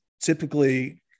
typically